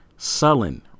sullen